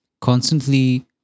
constantly